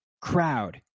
crowd